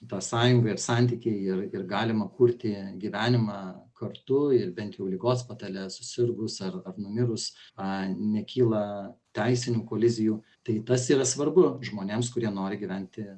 ta sąjunga ir santykiai ir ir galima kurti gyvenimą kartu ir bent jau ligos patale susirgus ar ar numirus a nekyla teisinių kolizijų tai tas yra svarbu žmonėms kurie nori gyventi